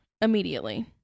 immediately